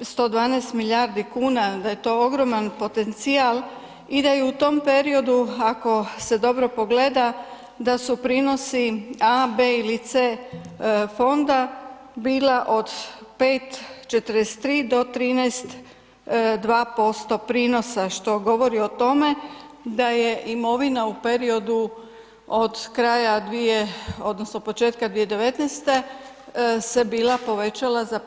112 milijardi kuna, da je to ogroman potencijal i da je u tom periodu, ako se dobro pogleda, da su prinosi A, B ili C fonda bila od 5,43 do 13,2% prinosa, što govori o tome da je imovina u periodu od kraja dvije odnosno početka 2019. se bila povećala za preko 14% [[Upadica: Hvala]] Hvala lijepo.